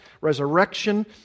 resurrection